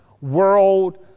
world